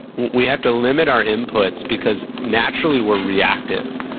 we have to limit our inputs, because, naturally, we're reactive,